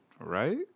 Right